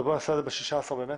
קבענו 16 במארס.